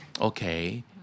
Okay